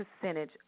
percentage